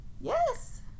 Yes